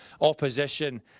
Opposition